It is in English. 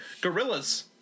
Gorillas